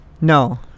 No